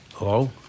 Hello